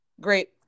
Great